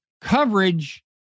coverage